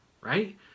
right